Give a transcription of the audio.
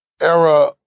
era